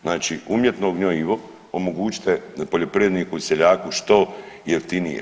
Znači umjetno gnjojivo omogućite poljoprivredniku i seljaku što jeftinije.